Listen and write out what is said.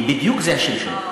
זה בדיוק השם שלו.